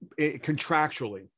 contractually